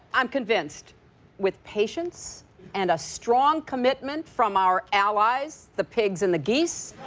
i'm convinced with patience and a strong commitment from our allies, the pigs and the geese,